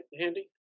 handy